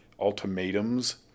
ultimatums